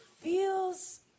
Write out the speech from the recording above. feels